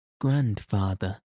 Grandfather